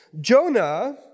Jonah